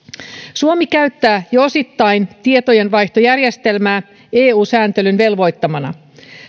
suomi käyttää jo osittain tietojenvaihtojärjestelmää eu sääntelyn velvoittamana